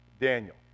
Daniel